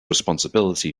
responsibility